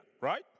right